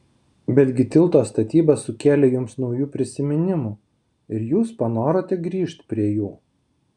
betgi tilto statyba sukėlė jums naujų prisiminimų ir jūs panorote grįžt prie jų